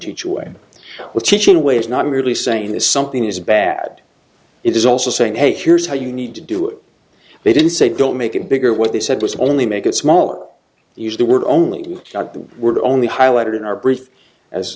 teach away with teaching ways not merely saying that something is bad it is also saying hey here's how you need to do it they didn't say don't make it bigger what they said was only make it smaller use the word only we're only highlighted in our brief as